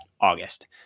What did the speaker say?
August